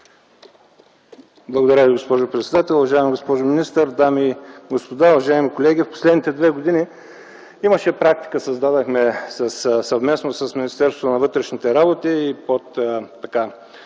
Благодаря Ви, госпожо председател. Уважаема госпожо министър, дами и господа, уважаеми колеги! В последните две години създадохме практика, съвместно с Министерството на вътрешните работи и с прякото